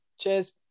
Cheers